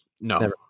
No